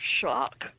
shock